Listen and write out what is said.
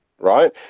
right